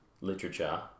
literature